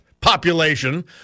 population